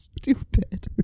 stupid